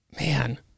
man